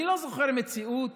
אני לא זוכר מציאות